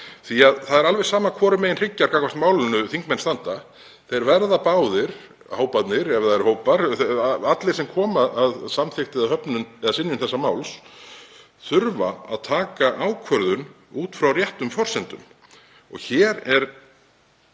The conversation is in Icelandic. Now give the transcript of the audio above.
í. Það er alveg sama hvorum megin hryggjar gagnvart málinu þingmenn standa, báðir hóparnir, ef það eru hópar, allir sem koma að samþykkt eða höfnun eða synjun þessa máls þurfa að taka ákvörðun út frá réttum forsendum. Hér